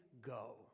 go